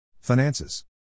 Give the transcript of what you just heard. Finances